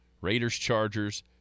Raiders-Chargers